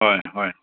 ꯍꯣꯏ ꯍꯣꯏ